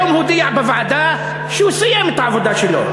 היום הוא הודיע בוועדה שהוא סיים את העבודה שלו.